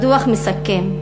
הדוח מסכם: